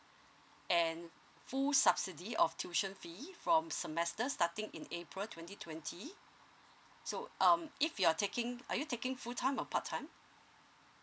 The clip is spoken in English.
and full subsidy of tuition fee from semester starting in april twenty twenty so um if you are taking are you taking full time or part time